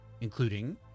including